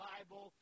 Bible